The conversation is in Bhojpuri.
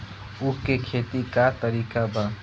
उख के खेती का तरीका का बा?